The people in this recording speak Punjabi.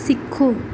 ਸਿੱਖੋ